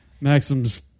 Maxim's